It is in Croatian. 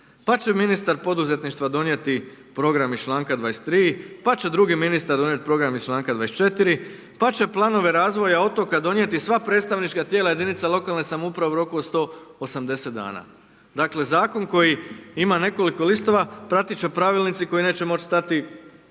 pa će ministar poduzetništva donijeti program iz članka 23 pa će drugi ministar donijeti program iz članka 24 pa će planove razvoja otoka donijeti sva predstavnička tijela jedinica lokalne samouprave u roku od 180 dana. Dakle zakon koji ima nekoliko listova pratit će pravilnici koji neće moći stati